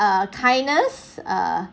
ah kindness ah